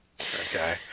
Okay